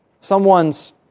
someone's